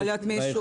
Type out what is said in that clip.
לא תמיד.